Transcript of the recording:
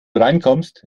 reinkommst